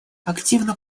активно